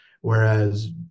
Whereas